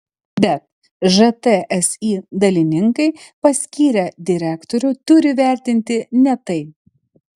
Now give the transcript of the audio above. bet žtsi dalininkai paskyrę direktorių turi vertinti ne tai